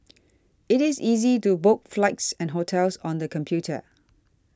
it is easy to book flights and hotels on the computer